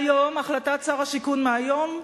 היום, החלטת שר השיכון מהיום,